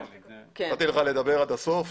נתתי לך לדבר עד הסוף.